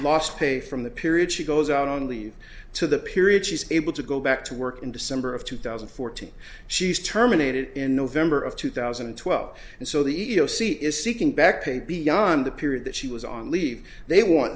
lost pay from the period she goes out on leave to the period she's able to go back to work in december of two thousand and fourteen she was terminated in november of two thousand and twelve and so the e e o c is seeking back pay beyond the period that she was on leave they want